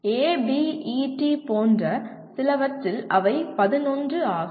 ABED போன்ற சிலவற்றில் அவை 11 ஆகும்